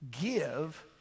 give